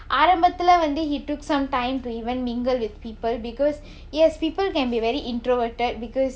ஆரம்பத்துல வந்துaarambathula vanthu he took some time to even mingle with people because yes people can be very introverted because